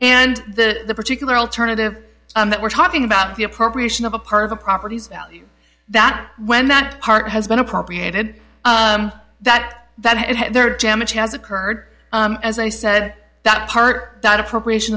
and the particular alternative that we're talking about the appropriation of a part of the properties value that when that part has been appropriated that that it had there damage has occurred as i said that part that appropriation